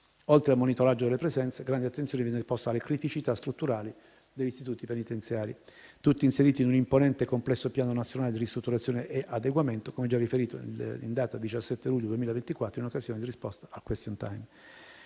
Oltre al monitoraggio delle presenze, grande attenzione viene posta alle criticità strutturali degli istituti penitenziari, tutti inseriti in un imponente e complesso piano nazionale di ristrutturazione e adeguamento, come già riferito in data 17 luglio 2024 in occasione di risposta al *question time*.